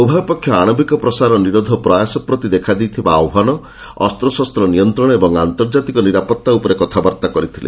ଉଭୟ ପକ୍ଷ ଆଶବିକ ପ୍ରସାର ନିରୋଧ ପ୍ରୟାସ ପ୍ରତି ଦେଖାଦେଇଥିବା ଆହ୍ୱାନ ଅସ୍ତ୍ରଶସ୍ତ୍ର ନିୟନ୍ତ୍ରଣ ଏବଂ ଆନ୍ତର୍ଜାତିକ ନିରାପତ୍ତା ଉପରେ କଥାବାର୍ତ୍ତା କରିଥିଲେ